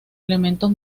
elementos